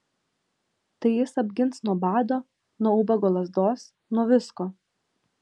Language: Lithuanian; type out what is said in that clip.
tai jis apgins nuo bado nuo ubago lazdos nuo visko